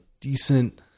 decent